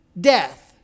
death